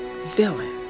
villain